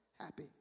happy